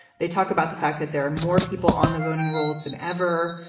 they talk about the fact that there are more people on the voting rolls than ever.